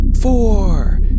four